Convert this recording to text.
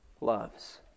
loves